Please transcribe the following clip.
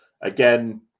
Again